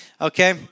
okay